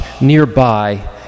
nearby